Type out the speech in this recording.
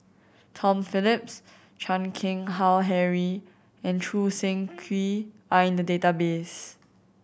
Tom Phillips Chan Keng Howe Harry and Choo Seng Quee are in the database